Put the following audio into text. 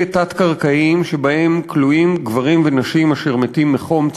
תת-קרקעיים שבהם כלואים גברים ונשים אשר מתים מחום,